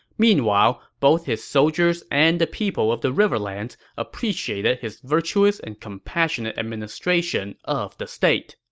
meanwhile, both his soldiers and the people of the riverlands appreciated his virtuous and compassionate administration of the state